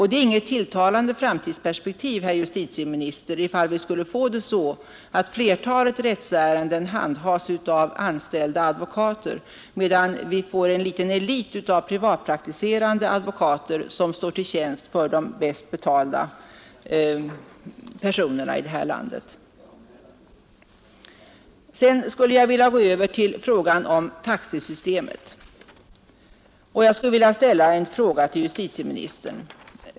Det är inget tilltalande framtidsperspektiv, herr justitieminister, ifall vi skulle få det så, att flertalet rättsärenden handhas av anställda advokater, medan vi får en liten elit av privatpraktiserande advokater som står till tjänst för de bäst betalda personerna i det här landet. Sedan skulle jag vilja gå över till frågan om taxesystemet, och jag skulle vilja ställa en fråga till justitieministern.